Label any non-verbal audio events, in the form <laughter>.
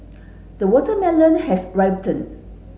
the watermelon has <unintelligible>